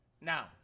Now